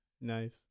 Nice